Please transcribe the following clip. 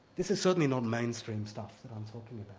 this is certainly not mainstream stuff i'm talking